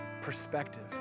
perspective